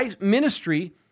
ministry